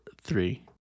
three